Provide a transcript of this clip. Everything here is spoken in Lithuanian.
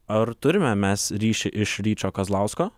ar turime mes ryšį iš ryčio kazlausko